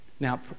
Now